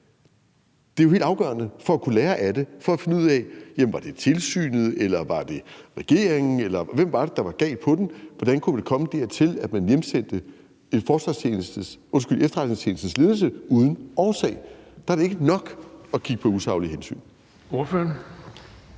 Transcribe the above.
Det er jo helt afgørende for at kunne lære af det og for at finde ud af: Var det tilsynet, eller var det regeringen, eller hvem var det, der var galt på den? Hvordan kunne det komme dertil, at man hjemsendte en efterretningstjenestes ledelse uden årsag? Der er det ikke nok at kigge på usaglige hensyn. Kl.